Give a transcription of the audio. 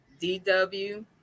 DW